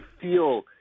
feel